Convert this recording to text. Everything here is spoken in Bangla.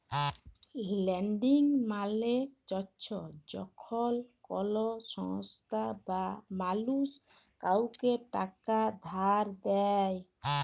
লেন্ডিং মালে চ্ছ যখল কল সংস্থা বা মালুস কাওকে টাকা ধার দেয়